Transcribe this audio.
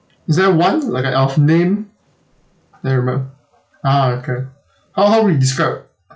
is there one like a of name cannot remember ah okay how how would you describe